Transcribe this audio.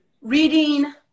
reading